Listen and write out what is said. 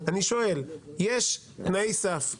יש תנאי סף.,